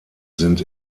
sind